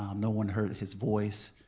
um no one heard his voice.